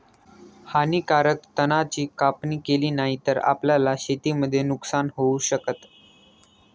हानीकारक तणा ची कापणी केली नाही तर, आपल्याला शेतीमध्ये नुकसान होऊ शकत